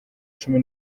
cumi